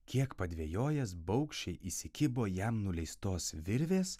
kiek padvejojęs baugščiai įsikibo jam nuleistos virvės